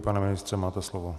Pane ministře, máte slovo.